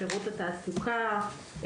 שירות התעסוקה,